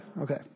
Okay